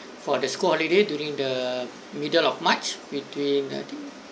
for the school holiday during the middle of march between the